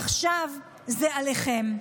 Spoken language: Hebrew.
עכשיו זה עליכם.